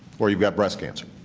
or you've got breast cancer.